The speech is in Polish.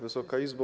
Wysoka Izbo!